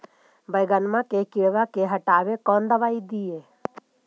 बैगनमा के किड़बा के हटाबे कौन दवाई दीए?